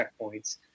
checkpoints